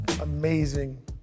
amazing